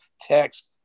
text